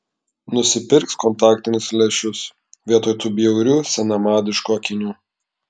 nusipirks kontaktinius lęšius vietoj tų bjaurių senamadiškų akinių